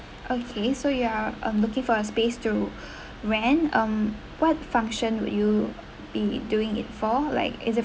okay so you are um looking for a space to rent um what function will you be doing it for like is it